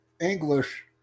English